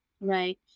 Right